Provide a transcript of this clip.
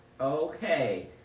Okay